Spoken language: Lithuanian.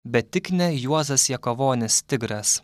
bet tik ne juozas jakavonis tigras